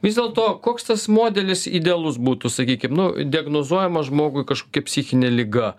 vis dėlto koks tas modelis idealus būtų sakykim nu diagnozuojama žmogui kažkokia psichinė liga